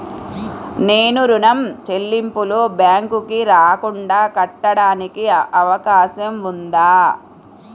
నేను ఋణం చెల్లింపులు బ్యాంకుకి రాకుండా కట్టడానికి అవకాశం ఉందా?